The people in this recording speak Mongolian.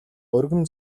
өргөн